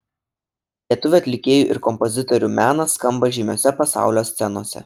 lietuvių atlikėjų ir kompozitorių menas skamba žymiose pasaulio scenose